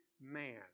man